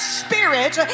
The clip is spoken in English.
spirit